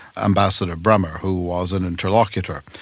ambassador bremer, who was an interlocutor.